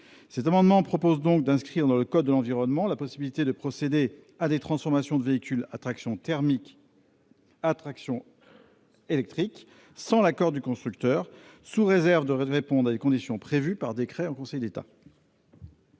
cet amendement, nous proposons d'inscrire dans le code de l'environnement la possibilité de procéder à des transformations de véhicules à traction thermique en véhicules à traction électrique sans l'accord du constructeur, sous réserve de répondre à des conditions prévues par décret en Conseil d'État.